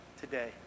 today